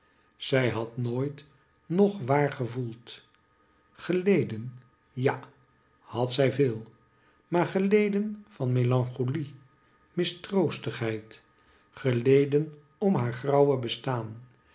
zij had nooit nog waar gevoeld geleden ja had zij veel maar geleden van melancholie mistroostigheid geleden om haar grauwe bestaan